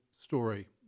story